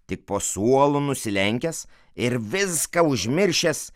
tik po suolu nusilenkęs ir viską užmiršęs